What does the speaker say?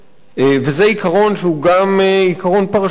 וזה עיקרון שהוא גם עיקרון פרשני,